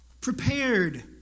Prepared